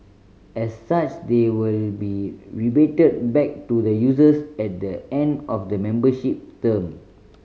as such they will be rebated back to the users at the end of the membership term